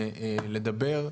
לדבר.